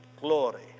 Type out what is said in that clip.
glory